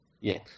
Yes